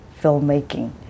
filmmaking